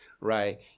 right